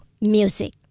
music